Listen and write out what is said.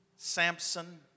Samson